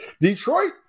Detroit